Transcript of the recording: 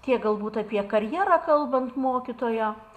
tiek galbūt apie karjerą kalbant mokytojo